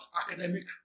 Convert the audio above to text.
academic